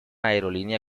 aerolínea